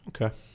Okay